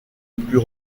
plus